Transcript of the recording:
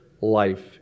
life